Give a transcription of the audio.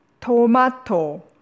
Tomato